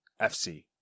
FC